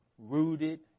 Rooted